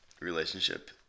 relationship